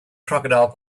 crocodile